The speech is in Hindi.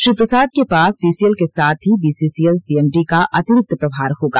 श्री प्रसाद के पास सीसीएल के साथ ही बीसीसीएल सीएमडी का अतिरिक्त प्रभार होगा